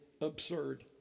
absurd